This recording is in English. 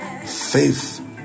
Faith